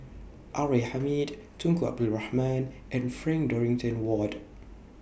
R A Hamid Tunku Abdul Rahman and Frank Dorrington Ward